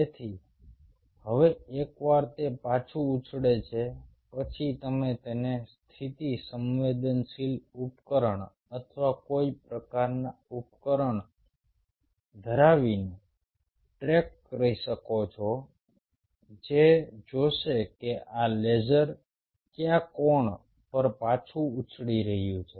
તેથી હવે એકવાર તે પાછું ઉછળે છે પછી તમે તેને સ્થિતિ સંવેદનશીલ ઉપકરણ અથવા કોઈ પ્રકારનું ઉપકરણ ધરાવીને ટ્રેક કરી શકો છો જે જોશે કે આ લેસર કયા કોણ પર પાછું ઉછળી રહ્યું છે